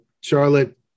Charlotte